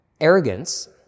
Arrogance